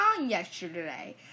yesterday